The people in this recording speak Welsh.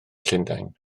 llundain